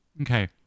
Okay